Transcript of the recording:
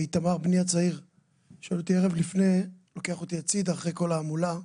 איתמר בני הצעיר לוקח אותי הצידה אחרי כל ההמולה,